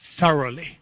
thoroughly